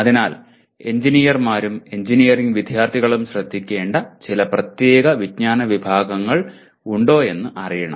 അതിനാൽ എഞ്ചിനീയർമാരും എഞ്ചിനീയറിംഗ് വിദ്യാർത്ഥികളും ശ്രദ്ധിക്കേണ്ട ചില പ്രത്യേക വിജ്ഞാന വിഭാഗങ്ങൾ ഉണ്ടോയെന്ന് അറിയണം